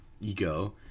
ego